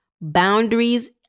Boundaries